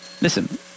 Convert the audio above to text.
Listen